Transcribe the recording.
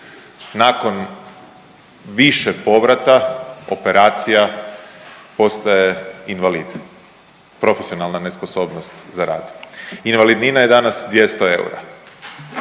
Nakon više povrata, operacija, postaje invalid, profesionalna sposobnost za rad, invalidnina je danas 200 eura.